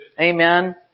Amen